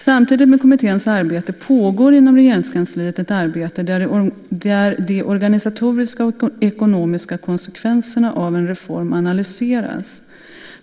Samtidigt med kommitténs arbete pågår inom Regeringskansliet ett arbete där de organisatoriska och ekonomiska konsekvenserna av en reform analyseras.